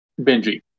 Benji